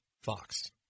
fox